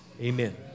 Amen